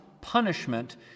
punishment